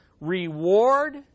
Reward